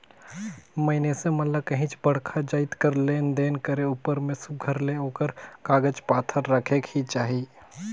मइनसे मन ल काहींच बड़खा जाएत कर लेन देन करे उपर में सुग्घर ले ओकर कागज पाथर रखेक ही चाही